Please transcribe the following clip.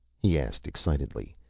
he asked excitedly.